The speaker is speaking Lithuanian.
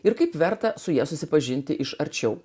ir kaip verta su ja susipažinti iš arčiau